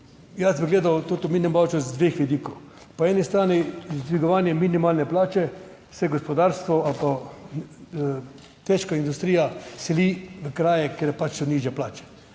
Jaz bi gledal na minimalca z dveh vidikov. Po eni strani z dvigovanjem minimalne plače se gospodarstvo ali pa težka industrija seli v kraje, kjer pač so nižje plače.